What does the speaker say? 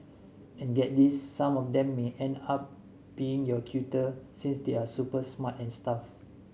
and get this some of them may end up being your tutor since they're super smart and stuff